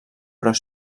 però